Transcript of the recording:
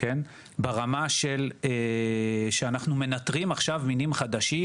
מחדשת ברמה שאנחנו מנתרים עכשיו מינים חדשים,